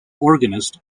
organist